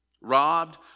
robbed